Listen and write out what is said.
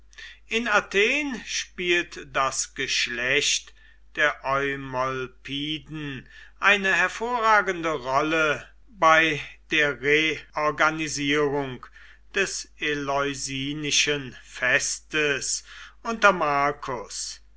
in athen spielt das geschlecht der eumolpiden eine hervorragende rolle bei der reorganisierung des eleusinischen festes unter marcus